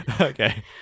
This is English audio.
Okay